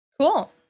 cool